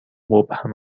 مبهم